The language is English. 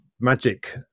magic